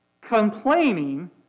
complaining